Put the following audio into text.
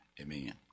Amen